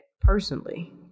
personally